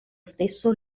stesso